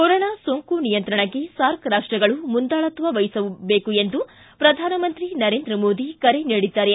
corona ಸೋಂಕು ನಿಯಂತ್ರಣಕ್ಕೆ SAARC ರಾಷ್ಟಗಳು ಮುಂದಾಳತ್ವ ವಹಿಸಬೇಕು ಎಂದು ಪ್ರಧಾನಮಂತ್ರಿ ನರೇಂದ್ರ ಮೋದಿ ಕರೆ ನೀಡಿದ್ದಾರೆ